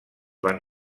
van